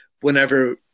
whenever